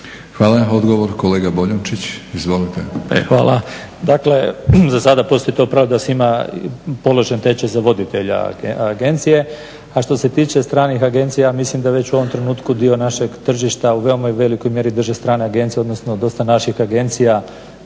Hvala. Odgovor kolega Boljunčić, izvolite. **Boljunčić, Valter (IDS)** Hvala. Dakle, za sada postoji to pravilo da se ima položen tečaj za voditelja agencije. A što se tiče stranih agencija mislim da već u ovom trenutku dio našeg tržišta u veoma velikoj mjeri drže strane agencije, odnosno dosta naših agencija